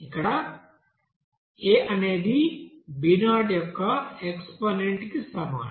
ఇక్కడ a అనేది b0 యొక్క ఎక్సపోనెంట్ కి సమానం